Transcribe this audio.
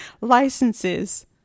licenses